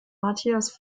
matthias